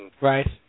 Right